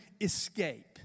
escape